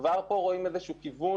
לא שלא התחלנו להכין אותו,